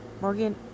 Morgan